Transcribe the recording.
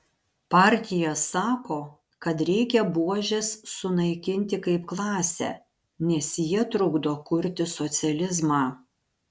partija sako kad reikia buožes sunaikinti kaip klasę nes jie trukdo kurti socializmą